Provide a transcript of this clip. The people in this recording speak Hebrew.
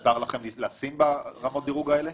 מותר לכם לשים ברמות הדירוג האלה?